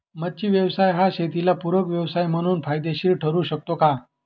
मच्छी व्यवसाय हा शेताला पूरक व्यवसाय म्हणून फायदेशीर ठरु शकतो का?